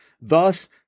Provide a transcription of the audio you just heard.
Thus